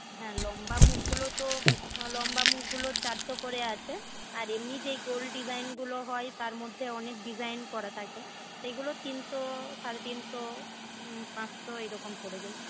হ্যাঁ লম্বা মুখগুলো তো লম্বা মুখগুলো চারশো করে আছে আর এমনি যে গোল ডিজাইনগুলো হয় তার মধ্যে অনেক ডিজাইন করা থাকে সেগুলো তিনশো সাড়ে তিনশো পাঁচশো এইরকম পড়ে যায়